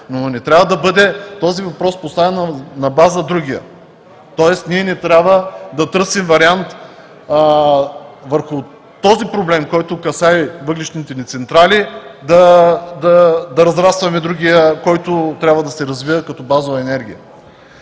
но не трябва да бъде този въпрос поставен на база на другия, тоест ние не трябва да търсим вариант върху този проблем, който касае въглищните ни централи, да разрастваме другия, който трябва да се развива като базова енергия.